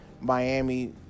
Miami